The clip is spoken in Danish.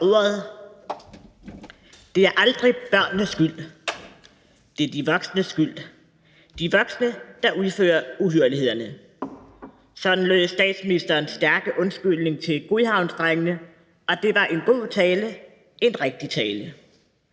»Det er aldrig børnenes skyld. Det er de voksnes skyld. De voksne, der udfører uhyrlighederne.« Sådan lød statsministerens stærke undskyldning til Godhavnsdrengene, og det var en god tale – en rigtig tale.